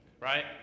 right